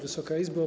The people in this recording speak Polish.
Wysoka Izbo!